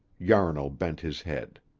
yarnall bent his head.